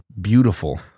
beautiful